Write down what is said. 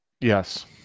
Yes